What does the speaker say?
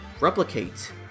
replicate